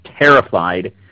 terrified